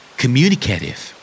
communicative